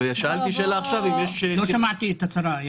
שאלתי שאלה עכשיו --- לא שמעתי את השרה,